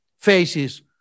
faces